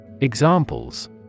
Examples